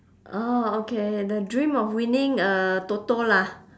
orh okay the dream of winning uh toto lah